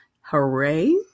Hooray